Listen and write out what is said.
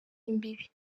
imbibi